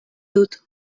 dut